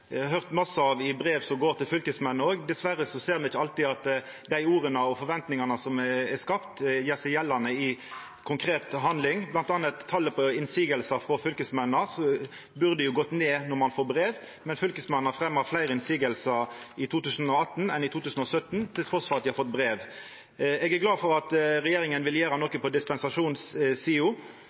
høyrt mykje av i brev som går til fylkesmennene òg. Dessverre ser me ikkje alltid at dei orda og forventningane som er skapte, gjer seg gjeldande i konkret handling. Blant anna burde talet på motsegner frå fylkesmennene gått ned når ein får brev. Men fylkesmennene har fremja fleire motsegner i 2018 enn i 2017 trass i at dei har fått brev. Eg er glad for at regjeringa vil gjera noko på